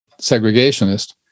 segregationist